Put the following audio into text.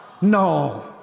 No